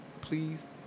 please